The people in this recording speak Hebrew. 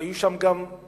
היו שם הרוגים,